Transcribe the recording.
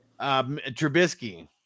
Trubisky